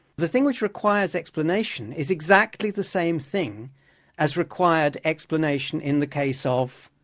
the thing which requires explanation is exactly the same thing as required explanation in the case of